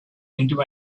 into